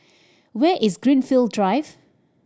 where is Greenfield Drive